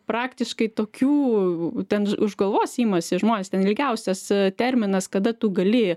praktiškai tokių ten už galvos imasi žmonės ten ilgiausias terminas kada tu gali